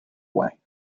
way